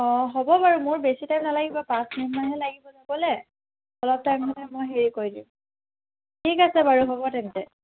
অ' হ'ব বাৰু মোৰ বেছি টাইম নালাগিব পাঁচ মিনিটমানহে লাগিব যাবলৈ অলপ টাইম মই হেৰি কৰি দিম ঠিক আছে বাৰু হ'ব তেন্তে